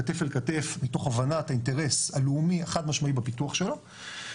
כתף אל כתף מתוך הבנת האינטרס הלאומי החד משמעי בפיתוח שלו,